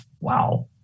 wow